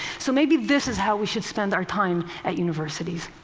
so maybe this is how we should spend our time at universities.